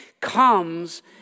comes